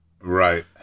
Right